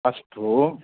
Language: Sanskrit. अस्तु